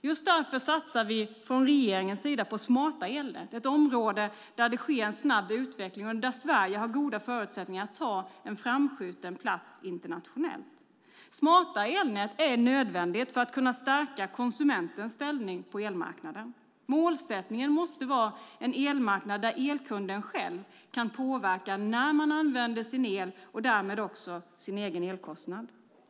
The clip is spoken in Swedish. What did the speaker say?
Just därför satsar vi från regeringens sida på smarta elnät, ett område där det sker en snabb utveckling och där Sverige har goda förutsättningar att ta en framskjuten plats internationellt. Smarta elnät är nödvändiga för att kunna stärka konsumentens ställning på elmarknaden. Målsättningen måste vara en elmarknad där elkunden själv kan påverka när man använder sin el och därmed sin elkostnad.